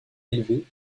élevés